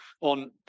on